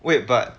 wait but